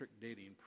dating